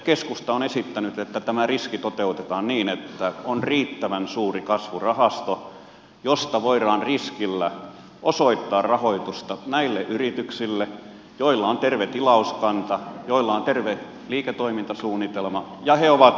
keskusta on esittänyt että tämä riski toteutetaan niin että on riittävän suuri kasvurahasto josta voidaan riskillä osoittaa rahoitusta näille yrityksille joilla on terve tilauskanta joilla on terve liiketoimintasuunnitelma ja jotka ovat valmiit työllistämään